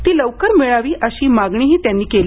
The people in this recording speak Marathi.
ती लवकर मिळावी अशी मागणीही त्यांनी केली